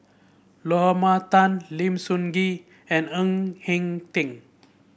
Lorna Tan Lim Sun Gee and Ng Eng Teng